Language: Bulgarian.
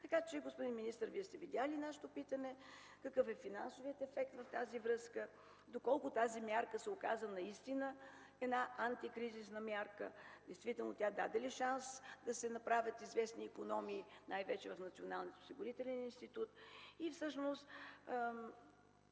на 70%. Господин министър, Вие сте видели нашето питане – какъв е финансовият ефект в тази връзка? Доколко тази мярка се оказа наистина една антикризисна мярка? Даде ли тя шанс действително да се направят известни икономии, най-вече в Националния осигурителен институт? Каква всъщност